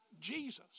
Jesus